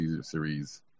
series